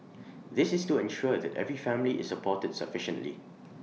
this is to ensure that every family is supported sufficiently